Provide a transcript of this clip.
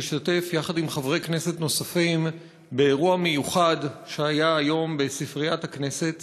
להשתתף יחד עם חברי כנסת נוספים באירוע מיוחד שהיה היום בספריית הכנסת,